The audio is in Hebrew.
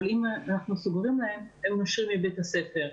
אבל אם אנחנו סוגרים את הדלת הם נושרים מבית הספר,